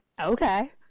Okay